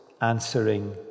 answering